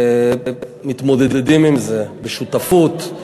מתמודדים עם זה בשותפות.